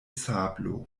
sablo